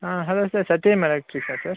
ஆ hello sir Sathyam எலெக்ட்ரிக்ஸா sir